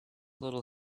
little